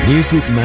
Music